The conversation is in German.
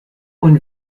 und